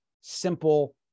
simple